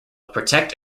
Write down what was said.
protect